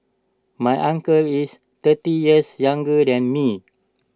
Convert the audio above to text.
my uncle is thirty years younger than me